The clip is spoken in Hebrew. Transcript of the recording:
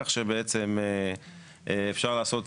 כך שבעצם אפשר לעשות,